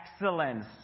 excellence